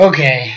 Okay